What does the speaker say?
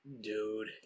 dude